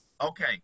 Okay